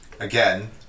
Again